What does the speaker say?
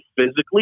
physically